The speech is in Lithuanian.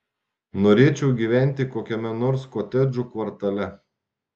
norėčiau gyventi kokiame nors kotedžų kvartale